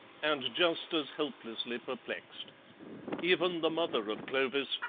and just as helplessly perplexed even the mother of clovis,